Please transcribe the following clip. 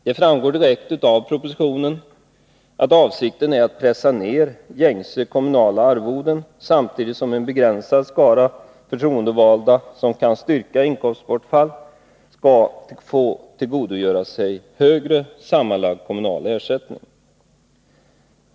Det framgår direkt av propositionen att avsikten är att pressa ned gängse kommunala arvoden samtidigt som en begränsad skara förtroendevalda, som kan styrka inkomstbortfall, skall få tillgodogöra sig högre sammanlagd kommunal ersättning.